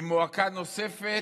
עם מועקה נוספת.